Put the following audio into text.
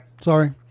Sorry